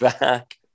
back